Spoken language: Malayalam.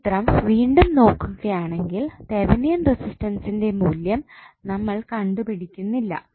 ഈ ചിത്രം വീണ്ടും കാണുകയാണെങ്കിൽ തെവനിയൻ റസ്റ്റൻറ്സ്ൻറെ മൂല്യം നമ്മൾ കണ്ടു പിടിക്കുന്നില്ല